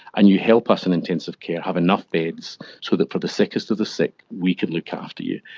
and you help us in intensive care have enough beds so that for the sickest of the sick we can look after you.